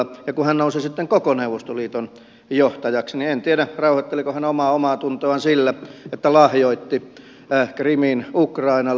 ja kun hän nousi sitten koko neuvostoliiton johtajaksi niin en tiedä rauhoitteliko hän omaa omaatuntoaan sillä että lahjoitti krimin ukrainalle